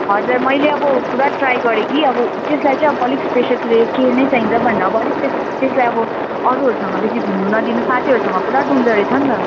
हजुर मैले अब पुरा ट्राई गरेँ कि अब त्यसलाई चाहिँ अब अलिक इस्पेसिफिकली केयर नै चाहिन्छ भनेर अलिक त्यसलाई अब अरूहरूसँग बेसी घुम्नु नदिनु साथीहरूसँग पुरा डुल्दोरहेछ नि त